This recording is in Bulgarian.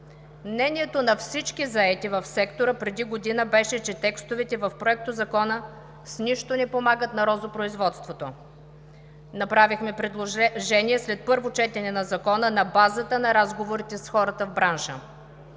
Мнението на всички, заети в сектора, преди година беше, че текстовете в Проектозакона с нищо не помагат на розопроизводството. Направихме предложение след първо четене на Закона на базата на разговорите с хората в бранша.